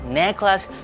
necklace